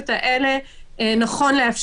היא תצטרך לפנות לאישור